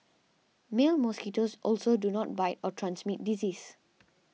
male mosquitoes also do not bite or transmit disease